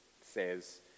says